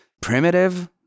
primitive